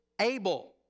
able